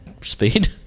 speed